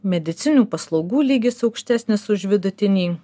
medicininių paslaugų lygis aukštesnis už vidutinį